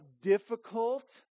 difficult